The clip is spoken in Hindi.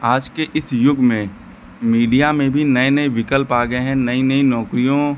आज के इस युग में मीडिया में भी नए नए विकल्प आ गए हैं नई नई नए नौकरियों